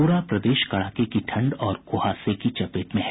पूरा प्रदेश कड़ाके की ठंड और कुहासे की चपेट में है